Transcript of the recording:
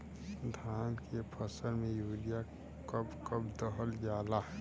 धान के फसल में यूरिया कब कब दहल जाला?